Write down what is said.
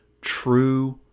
true